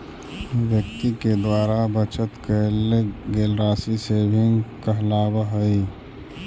व्यक्ति के द्वारा बचत कैल गेल राशि सेविंग कहलावऽ हई